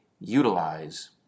utilize